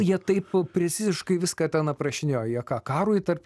jie taip preciziškai viską ten aprašinėjo jie ką karui tarp